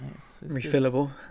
Refillable